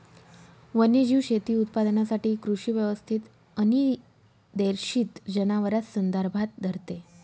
वन्यजीव शेती उत्पादनासाठी एक कृषी व्यवस्थेत अनिर्देशित जनावरांस संदर्भात धरते